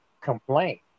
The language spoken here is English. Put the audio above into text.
complaint